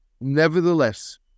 Nevertheless